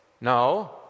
No